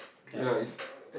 ya